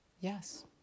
Yes